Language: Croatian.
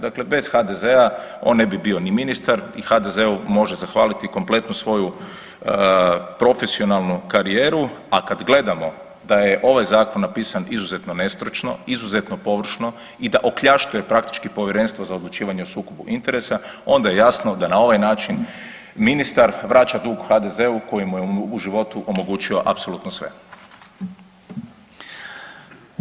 Dakle bez HDZ-a on ne bi bio ni ministar i HDZ-u može zahvaliti kompletnu svoju profesionalnu karijeru a kad gledamo da je ovaj zakon napisan izuzetno nestručno, izuzetno površno i da okljaštruje praktički Povjerenstvo za odlučivanje o sukobu interesa onda je jasno da na ovaj način ministar vraća dug HDZ-u koji mu je u životu omogućio apsolutno sve.